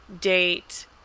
date